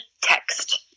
text